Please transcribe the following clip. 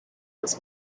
was